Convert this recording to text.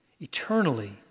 eternally